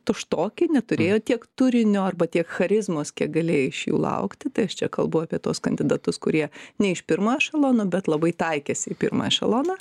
tuštoki neturėjo tiek turinio arba tiek charizmos kiek galėjo iš jų laukti tai aš čia kalbu apie tuos kandidatus kurie ne iš pirmo ešelono bet labai taikėsi į pirmą ešeloną